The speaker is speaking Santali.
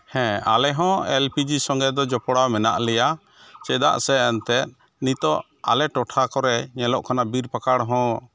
ᱦᱮᱸ ᱟᱞᱮ ᱦᱚᱸ ᱮ ᱞ ᱯᱤ ᱡᱤ ᱥᱚᱝᱜᱮ ᱫᱚ ᱡᱚᱯᱲᱟᱣ ᱢᱮᱱᱟᱜ ᱞᱮᱭᱟ ᱪᱮᱫᱟᱜ ᱥᱮ ᱮᱱᱛᱮᱫ ᱱᱤᱛᱳᱜ ᱟᱞᱮ ᱴᱚᱴᱷᱟ ᱠᱚᱨᱮ ᱧᱮᱞᱚᱜ ᱠᱟᱱᱟ ᱵᱤᱨ ᱯᱟᱠᱟᱲ ᱦᱚᱸ